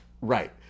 right